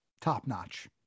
top-notch